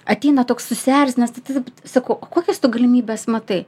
ateina toks susierzinęs t t t sakau o kokias tu galimybes matai